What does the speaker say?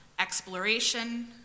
exploration